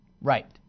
Right